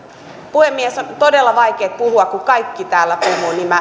puhemies on todella vaikea puhua kun kaikki täällä puhuvat